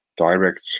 Direct